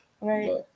Right